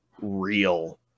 real